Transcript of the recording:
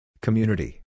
Community